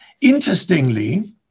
Interestingly